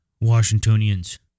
Washingtonians